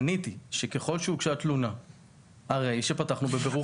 עניתי שככל שהוגשה תלונה הרי שפתחנו בבירור.